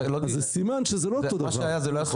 אז זה סימן שזה לא אותו דבר.